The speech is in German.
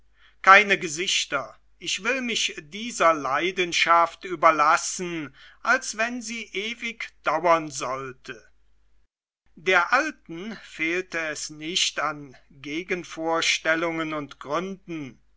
keine gesichter ich will mich dieser leidenschaft überlassen als wenn sie ewig dauern sollte der alten fehlte es nicht an gegenvorstellungen und gründen